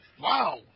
Wow